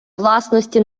власності